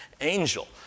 angel